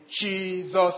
Jesus